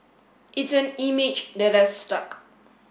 it's an image that has stuck